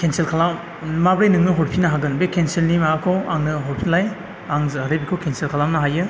cancel खालाम माब्रै नोंनो हरफिनो हागोन बे केनसेलनि माबाखौ आंनो हरफिनलाय आं जाहाथे बेखौ केनसेल खालामनो हायो